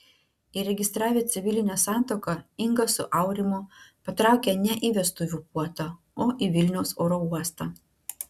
įregistravę civilinę santuoką inga su aurimu patraukė ne į vestuvių puotą o į vilniaus oro uostą